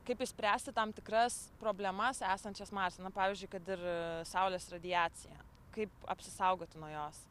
kaip išspręsti tam tikras problemas esančias marse nu pavyzdžiui kad ir saulės radiacija kaip apsisaugoti nuo jos